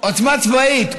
עוצמה צבאית.